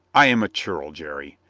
i am a churl, jerry.